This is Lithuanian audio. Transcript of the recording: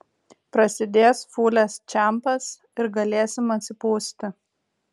prasidės fūlės čempas ir galėsim atsipūsti